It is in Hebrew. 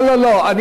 לא, לא, לא,